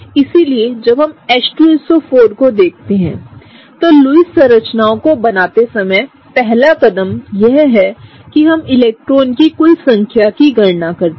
इसलिए जब हम H2SO4को देखते हैं तो लुईस संरचनाओं को बनाते समय पहला कदम यह है कि हम इलेक्ट्रॉनों की कुल संख्या की गणना करते हैं